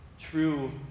true